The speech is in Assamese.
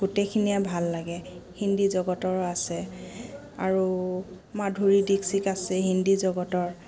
গোটেইখিনিয়ে ভাল লাগে হিন্দী জগতৰো আছে আৰু মাধুৰী দীকশিক আছে হিন্দী জগতৰ